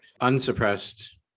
Unsuppressed